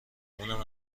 اونم